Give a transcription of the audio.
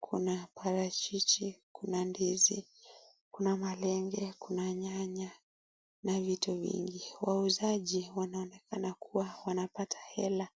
kuna parachichi, kuna ndizi, kuna malenge na vitu vingi. Wauzaji wanaoenekana kuwa wanapata hela